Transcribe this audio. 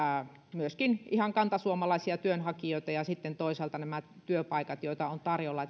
myöskin ihan kantasuomalaisia työnhakijoita ja sitten toisaalta työpaikat joita on tarjolla